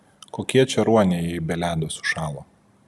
kokie čia ruoniai jei be ledo sušalo